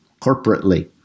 corporately